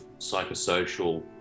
psychosocial